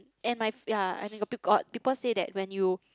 and my ya and if got people say that when you